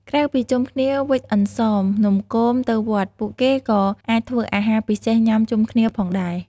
ក្រៅពីជុំគ្នាវេចអន្សម នំគម ទៅវត្ត ពួកគេក៏អាចធ្វើអាហារពិសេសញុំាជុំគ្នាផងដែរ។